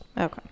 Okay